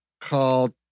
called